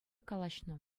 калаҫнӑ